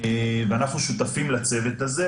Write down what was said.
ואנחנו שותפים לצוות הזה,